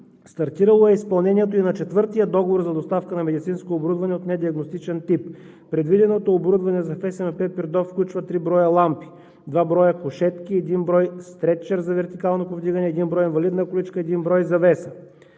Стартирало е изпълнението и на четвъртия договор за доставка на медицинско оборудване от недиагностичен тип. Предвиденото оборудване за ФСМП – Пирдоп, включва: три броя лампи, два броя кушетки, един брой стретчер за вертикално повдигане, един брой инвалидна количка, един брой завеса.